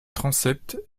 transept